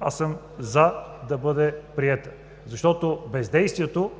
аз съм „за“ да бъде приета. Защото бездействието